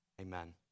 amen